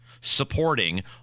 supporting